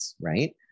right